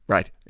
Right